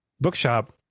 bookshop